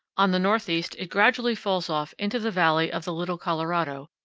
on the northeast it gradually falls off into the valley of the little colorado,